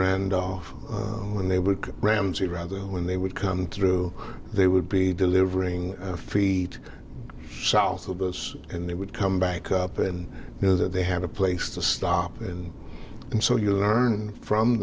randolph when they were ramsay rather when they would come through they would be delivering food south of us and they would come back up and you know that they have a place to stop and so you learn from